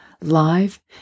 live